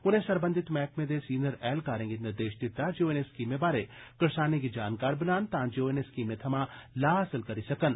उनें सरबंघत मैह्कमें दे सीनियर ऐह्लकारें गी निर्देश दित्ता जे ओह् इनें स्कीमें बारै करसानें गी जानकार बनान तांजे ओह इनें स्कीमें थमां लाह हासल करी सकन